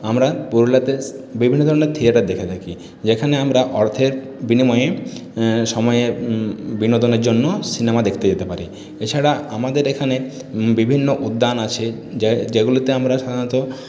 আমরা পুরুলিয়াতে বিভিন্ন ধরনের থিয়েটার দেখে থাকি যেখানে আমরা অর্থের বিনিময়ে সময়ের বিনোদনের জন্য সিনেমা দেখতে যেতে পারি এছাড়া আমাদের এখানে বিভিন্ন উদ্যান আছে যেগুলিতে আমরা সাধারণত